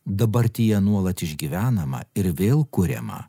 dabartyje nuolat išgyvenamą ir vėl kuriamą